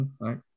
right